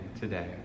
today